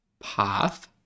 path